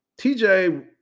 tj